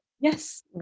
yes